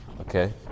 okay